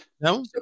No